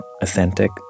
authentic